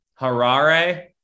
Harare